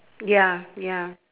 ya ya